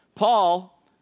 Paul